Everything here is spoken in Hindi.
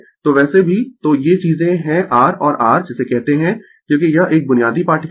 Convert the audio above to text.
तो वैसे भी तो ये चीजें है r और r जिसे कहते है क्योंकि यह एक बुनियादी पाठ्यक्रम है